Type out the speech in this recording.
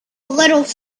little